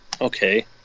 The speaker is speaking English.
okay